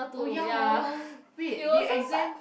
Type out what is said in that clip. oh ya hor wait the exam